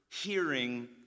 Hearing